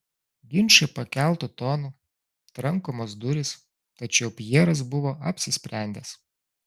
ginčai pakeltu tonu trankomos durys tačiau pjeras buvo apsisprendęs